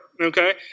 okay